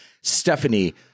Stephanie